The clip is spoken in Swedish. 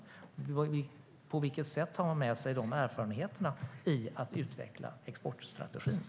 På vilket sätt tar man med sig de erfarenheterna i utvecklingen av exportstrategin?